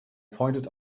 pointed